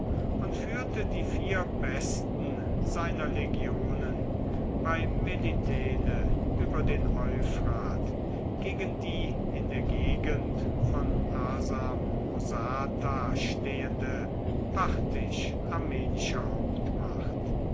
und führte die vier besten seiner legionen bei melitene über den euphrat gegen die in der gegend von arsamosata stehende parthisch armenische hauptmacht